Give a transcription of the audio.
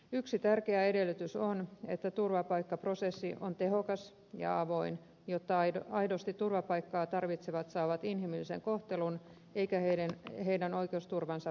yksi tärkeä edellytys on että turvapaikkaprosessi on tehokas ja avoin jotta aidosti turvapaikkaa tarvitsevat saavat inhimillisen kohtelun eikä heidän oikeusturvansa vaarannu